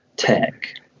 tech